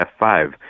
F5